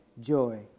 Joy